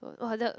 for !wah! that